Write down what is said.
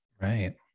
right